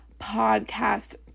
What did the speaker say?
podcast